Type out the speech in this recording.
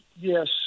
Yes